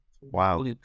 Wow